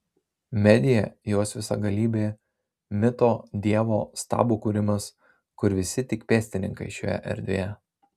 medija jos visagalybė mito dievo stabo kūrimas kur visi tik pėstininkai šioje erdvėje